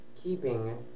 keeping